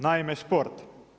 Naime, sport.